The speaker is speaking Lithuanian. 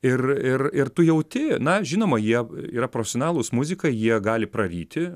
ir ir ir tu jauti na žinoma jie yra profesionalūs muzikai jie gali praryti